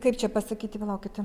kaip čia pasakyti palaukite